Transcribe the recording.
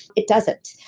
it doesn't.